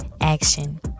action